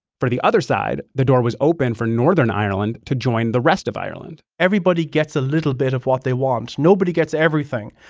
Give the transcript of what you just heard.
for the other side, the door was open for northern ireland to join the rest of ireland everybody gets a little bit of what they want. nobody gets everything,